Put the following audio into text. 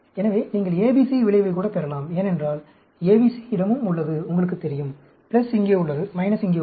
எனவே நீங்கள் ABC விளைவைக் கூட பெறலாம் ஏனென்றால் ABC யிடமும் உள்ளது உங்களுக்கு தெரியும் பிளஸ் இங்கே உள்ளது மைனஸ் இங்கே உள்ளது